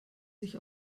sich